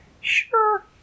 Sure